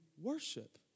worship